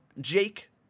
jake